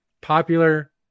popular